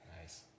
Nice